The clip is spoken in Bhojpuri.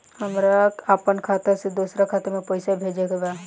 हमरा आपन खाता से दोसरा खाता में पइसा भेजे के बा